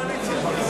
אני בקואליציה.